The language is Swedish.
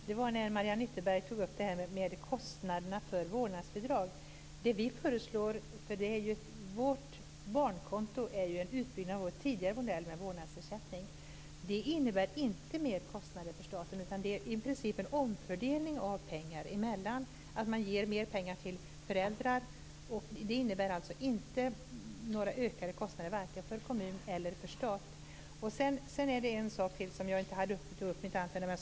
Fru talman! Mariann Ytterberg tog upp kostnaderna för vårdnadsbidrag. Det barnkonto vi föreslår är en utbyggnad av vår tidigare modell med vårdnadsersättning. Det innebär inte mer kostnader för staten utan det är i princip en omfördelning av pengar och att man ger mer pengar till familjerna. Det innebär inte några ökade kostnader vare sig för kommunen eller för staten. Sedan är det en sak till som jag inte tog upp i mitt anförande.